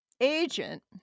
agent